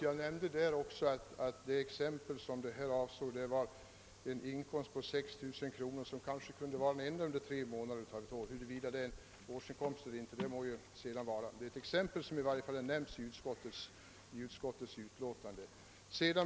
Jag nämnde också att det exempel som avsågs gällde en inkomst på 6 000 kr., som kanske kunde vara den enda under tre månader av ett år. Huruvida det är en årsinkomst eller inte må sedan vara osagt. Det är i varje fall ett exempel som nämnts i utskottets utlåtande.